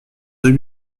deux